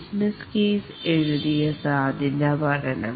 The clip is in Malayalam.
ബിസിനസ് കേസ് എഴുതിയ സാധ്യതാപഠനം